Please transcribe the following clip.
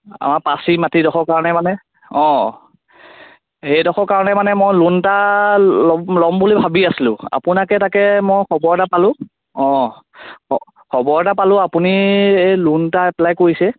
আমাৰ পাচি মাটিডোখৰৰ কাৰণে মানে অ সেইডোখৰৰ কাৰণে মানে মই লোন এটা ল'ম বুলি ভাবি আছিলোঁ আপোনাকে তাকে মই খবৰ এটা পালোঁ অ খবৰ এটা পালোঁ আপুনি এই লোন এটা এপ্পলাই কৰিছে